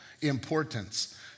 importance